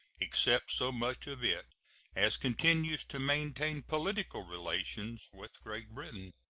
except so much of it as continues to maintain political relations with great britain.